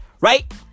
right